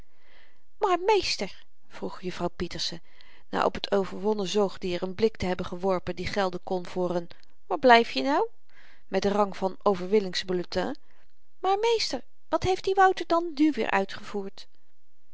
maar meester vroeg juffrouw pieterse na op t overwonnen zoogdier n blik te hebben geworpen die gelden kon voor n waar blyf je nou met rang van overwinningsbulletin maar meester wat heeft die wouter dan nu weer uitgevoerd